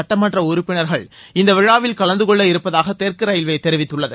சட்டமன்ற உறுப்பினர்கள் இந்த விழாவில் கலந்து கொள்ள இருப்பதாக தெற்கு ரயில்வே தெரிவித்துள்ளது